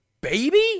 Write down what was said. baby